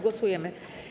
Głosujemy.